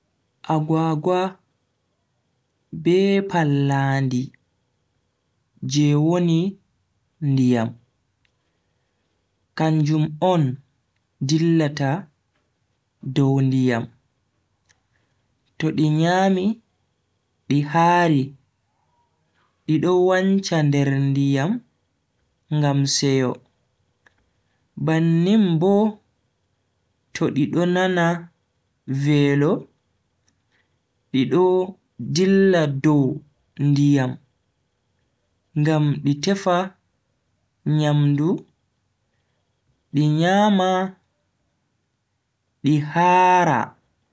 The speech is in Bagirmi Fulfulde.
Agwagwa be pallandi je woni ndiyam, kanjum on dillata dow ndiyam. To di nyami di haari dido wancha nder ndiyam ngam seyo, bannin Bo to di do nana velo di do dilla dow ndiyam ngam di tefa nyamdu di nyama di haara.